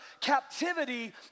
captivity